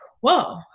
whoa